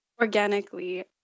organically